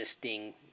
existing